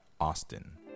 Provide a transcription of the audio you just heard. Austin